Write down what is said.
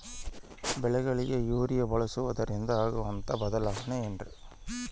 ಬೆಳೆಗಳಿಗೆ ಯೂರಿಯಾ ಬಳಸುವುದರಿಂದ ಆಗುವಂತಹ ಬದಲಾವಣೆ ಏನ್ರಿ?